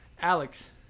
alex